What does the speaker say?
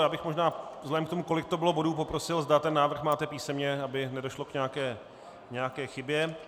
Já bych možná vzhledem k tomu, kolik to bylo bodů, poprosil, zda ten návrh máte písemně, aby nedošlo k nějaké chybě.